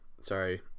Sorry